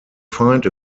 find